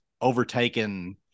overtaken